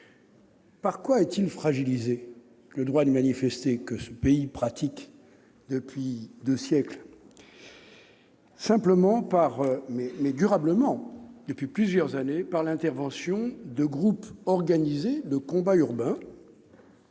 Par quoi le droit de manifester, que ce pays pratique depuis deux siècles, est-il fragilisé ? Simplement, mais durablement depuis plusieurs années, par l'intervention de groupes organisés de combat urbain,